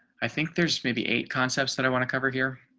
i think there's maybe eight concepts that i want to cover here.